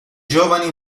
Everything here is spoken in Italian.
giovani